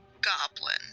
Goblin